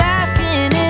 asking